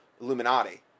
Illuminati